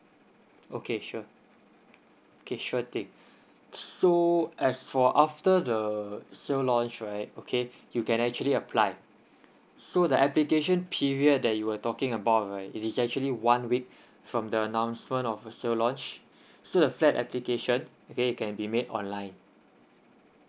okay sure okay sure thing so as for after the sale launch right okay you can actually apply so the application period that you were talking about right it is actually one week from the announcement of a sale launch so the flat application okay it can be made online